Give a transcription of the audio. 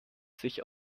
sich